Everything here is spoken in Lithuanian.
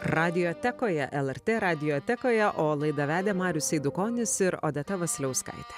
radiotekoje lrt radiotekoje o laidą vedė marius eidukonis ir odeta vasiliauskaitė